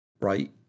right